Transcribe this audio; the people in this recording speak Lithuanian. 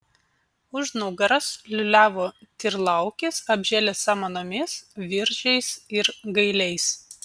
už nugaros liūliavo tyrlaukis apžėlęs samanomis viržiais ir gailiais